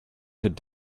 should